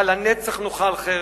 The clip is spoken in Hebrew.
הלנצח תאכל חרב?